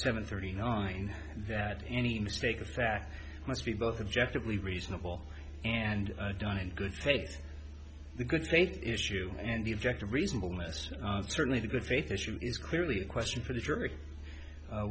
seven thirty nine that any mistake that must be both objective leave reasonable and done in good takes the good faith issue and the object of reasonableness certainly the good faith issue is clearly a question for the jury